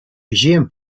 fijian